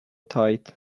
tight